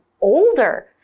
older